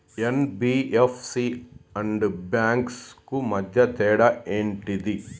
NBFC and banks కు మధ్య తేడా ఏంటిది?